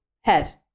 head